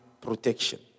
protection